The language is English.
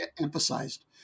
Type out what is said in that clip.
emphasized